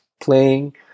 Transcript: playing